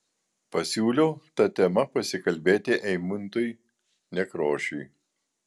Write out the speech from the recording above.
pasiūliau ta tema pasikalbėti eimuntui nekrošiui